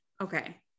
okay